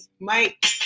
Mike